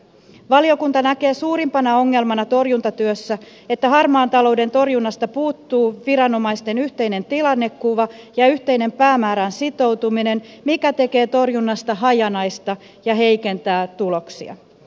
valiokunta näkee suurimpana ongelmana torjuntatyössä että harmaan talouden torjunnasta puuttuu viranomaisten yhteinen tilannekuva ja yhteinen päämäärään sitoutuminen mikä tekee torjunnasta hajanaista ja heikentää tuloksia